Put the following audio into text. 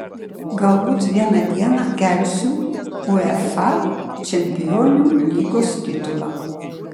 galbūt vieną dieną kelsiu uefa čempionių lygos titulą